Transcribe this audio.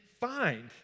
find